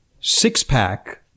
six-pack